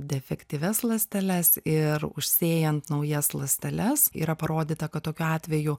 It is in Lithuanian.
defektyvias ląsteles ir užsėjant naujas ląsteles yra parodyta kad tokiu atveju